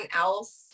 else